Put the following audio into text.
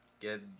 Get